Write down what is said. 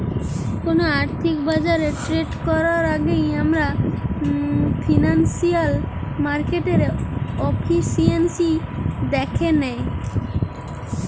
কোনো আর্থিক বাজারে ট্রেড করার আগেই আমরা ফিনান্সিয়াল মার্কেটের এফিসিয়েন্সি দ্যাখে নেয়